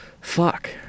Fuck